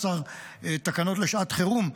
18 תקנות לשעת חירום,